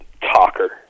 talker